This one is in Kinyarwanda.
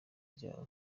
ryawe